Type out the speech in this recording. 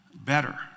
better